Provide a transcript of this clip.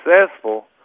successful